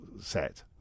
set